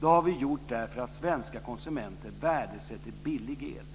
Det har vi gjort därför att svenska konsumenter värdesätter billig el.